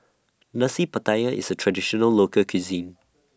Nasi Pattaya IS A Traditional Local Cuisine